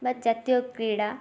ବା ଜାତୀୟ କ୍ରୀଡ଼ା